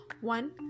One